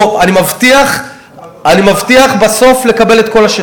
אני מבטיח בסוף לקבל את כל,